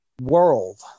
world